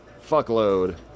fuckload